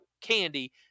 candy